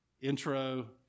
intro